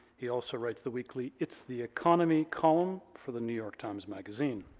he also writes the weekly it's the economy column for the new york times magazine.